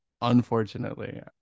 unfortunately